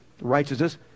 Righteousness